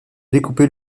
découper